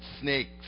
snakes